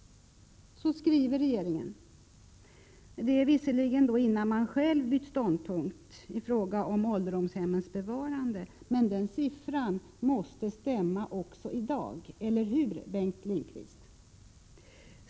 Så skrev alltså regeringen — det var visserligen innan socialdemokraterna själva bytt ståndpunkt i fråga om ålderdomshemmens bevarande, men siffran måste stämma även i dag — eller hur, Bengt Lindqvist?